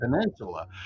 Peninsula